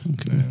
Okay